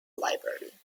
library